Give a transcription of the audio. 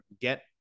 get